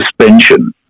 suspension